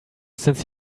since